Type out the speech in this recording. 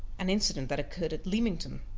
an incident that occurred at leamington.